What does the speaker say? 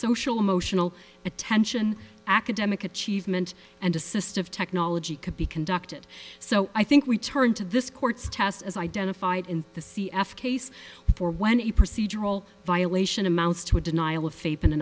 social emotional attention academic achievement and assistive technology could be conducted so i think we turned to this court's test as identified in the c f case for when a procedural violation amounts to a denial of faith in